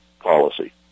policy